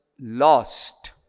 lost